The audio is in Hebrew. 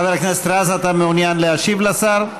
חבר הכנסת רז, אתה מעוניין להשיב לשר?